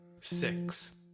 six